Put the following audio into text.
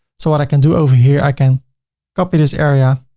so what i can do over here, i can copy this area